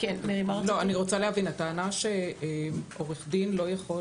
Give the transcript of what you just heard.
אני רוצה להבין, הטענה שעורך דין לא יכול